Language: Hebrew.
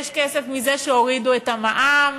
יש כסף מזה שהורידו את המע"מ,